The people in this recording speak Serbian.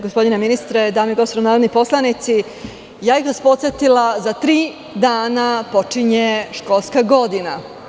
Gospodine ministre, dame i gospodo narodni poslanici, ja bih vas podsetila, za tri dana počinje školska godina.